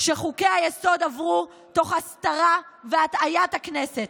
שחוקי-היסוד עברו תוך הסתרה והטעיית הכנסת.